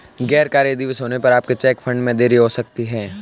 गैर कार्य दिवस होने पर आपके चेक फंड में देरी हो सकती है